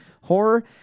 horror